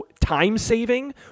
time-saving